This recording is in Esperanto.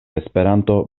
esperanto